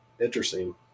interesting